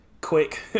quick